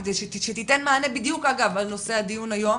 כדי שתיתן מענה בדיוק על נושא הדיון היום,